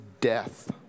Death